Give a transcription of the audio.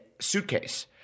suitcase